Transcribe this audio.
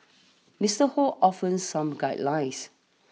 Mister Ho offers some guidelines